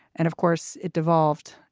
and of course, it devolved.